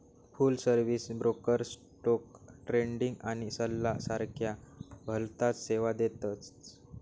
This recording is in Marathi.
फुल सर्विस ब्रोकर स्टोक ट्रेडिंग आणि सल्ला सारख्या भलताच सेवा देतस